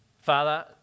Father